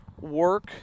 work